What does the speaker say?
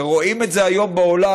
ורואים את זה היום בעולם,